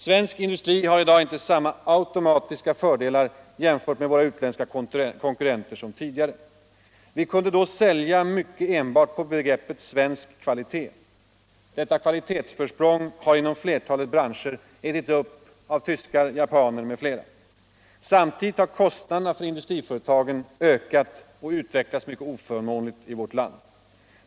Svensk industri har i dag inie samma automatiska fördelar jämfört med våra utländska konkurrenter som tidigare. Vi kunde då sälja mycket enbart på begreppet svensk kvalitet. Detta kvalitetsförsprång har inom flertalet branscher ätits upp av tyskar, japaner m. ft. Samtidigt har kostnaderna för industriföretagen utvecklats mycket oförmånligt i vårt land.